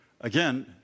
Again